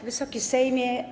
Wysoki Sejmie!